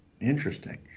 Interesting